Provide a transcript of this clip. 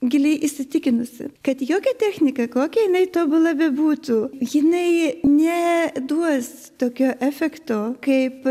giliai įsitikinusi kad jokia technika kokia jinai tobula bebūtų jinai ne duos tokio efekto kaip